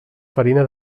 farina